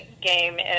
game